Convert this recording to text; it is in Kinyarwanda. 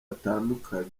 hatandukanye